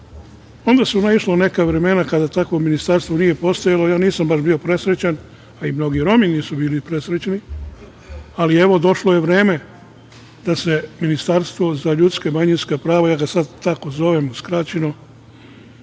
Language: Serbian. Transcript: toga. Onda su naišla neka vremena kada takvo ministarstvo nije postojalo. Nisam bio baš presrećan, a i mnogi Romi nisu bili presrećni, ali došlo je vreme da se Ministarstvo za ljudska i manjinska prava, ja ga sada tako zovem, skraćeno,